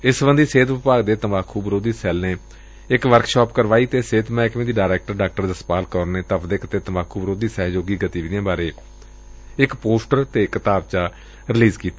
ਏਸ ਸਬੰਧੀ ਸਿਹਤ ਵਿਭਾਗ ਦੇ ਤੰਬਾਕੂ ਵਿਰੋਧੀ ਸੈੱਲ ਨੇ ਇਕ ਵਰਕਸ਼ਾਪ ਕਰਵਾਈ ਤੇ ਸਿਹਤ ਮਹਿਕਮੇ ਦੀ ਡਾਇਰੈਕਟਰ ਡਾ ਜਸਪਾਲ ਕੌਰ ਨੇ ਤਪਦਿਕ ਅਤੇ ਤੰਬਾਕੁ ਵਿਰੋਧੀ ਸਹਿਯੋਗੀ ਗਤੀਵਿਧੀਆਂ ਬਾਰੇ ਇਕ ਪੋਸਟਰ ਤੇ ਕਿਤਾਬਚਾ ਰਲੀਜ਼ ਕੀਤਾ